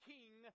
King